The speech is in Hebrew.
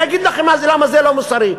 אני אגיד לכם למה זה לא מוסרי.